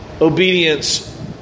obedience